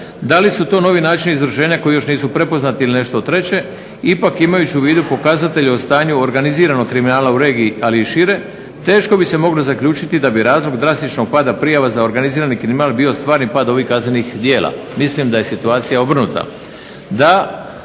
da li su to novi načini izvršenja koji još nisu prepoznati ili nešto treće. Ipak imajući u vidu pokazatelje o stanju organiziranog kriminala u regiji ali i šire, teško bi se moglo zaključiti da bi razlog drastičnog pada prijava za organizirani kriminal bio stvarni pad ovih kaznenih djela. Mislim da je situacija obrnuta,